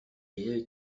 ehe